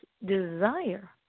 desire